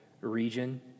region